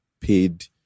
paid